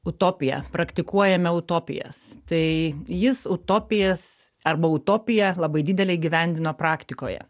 utopija praktikuojame utopijas tai jis utopijas arba utopiją labai didelę įgyvendino praktikoje